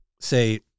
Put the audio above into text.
say